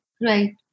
Right